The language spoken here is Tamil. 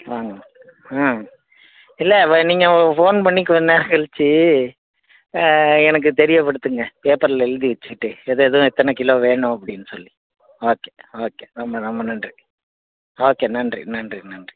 வாங்க ஆ இல்லை வ நீங்கள் ஃபோன் பண்ணி கொஞ்சம் நேரம் கழிச்சி எனக்கு தெரியப்படுத்துங்கள் பேப்பரில் எழுதி வெச்சுக்கிட்டு எதெது எத்தனை கிலோ வேணும் அப்படின்னு சொல்லி ஓகே ஓகே ரொம்ப ரொம்ப நன்றி ஓகே நன்றி நன்றி நன்றி